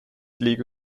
lego